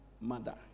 mother